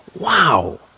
Wow